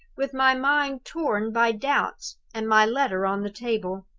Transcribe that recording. with my mind torn by doubts, and my letter on the table.